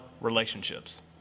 relationships